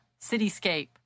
Cityscape